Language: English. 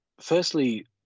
Firstly